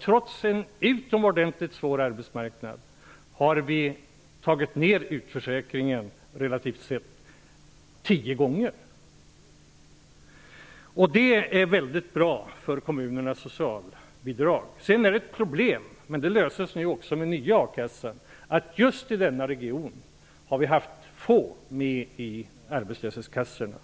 Trots en utomordentligt svår arbetsmarknad har vi, relativt sett, minskat utförsäkringen 10 gånger. Det är bra för kommunernas socialbidrag. Det finns ett problem, men det löses med nya akassan. Just i denna region har få personer varit med i arbetslöshetskassorna.